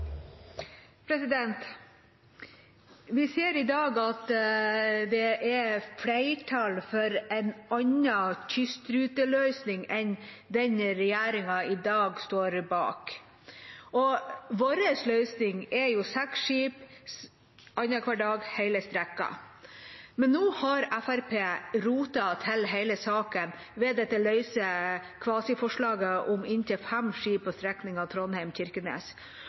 flertall for en annen kystruteløsning enn den som regjeringa i dag står bak. Vår løsning er seks skip annenhver dag på hele strekningen. Men nå har Fremskrittspartiet rotet til hele saken med dette løse kvasiforslaget om inntil fem skip på